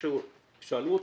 כששאלו אותו,